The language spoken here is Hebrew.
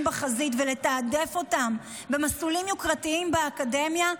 בחזית ולתעדף אותם במסלולים יוקרתיים באקדמיה,